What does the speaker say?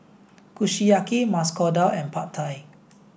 Kushiyaki Masoor Dal and Pad Thai